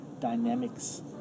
dynamics